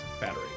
battery